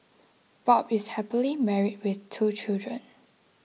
Bob is happily married with two children